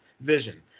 vision